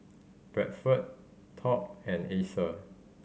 Bradford Top and Acer